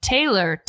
Taylor